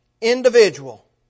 individual